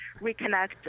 reconnect